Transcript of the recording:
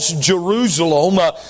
Jerusalem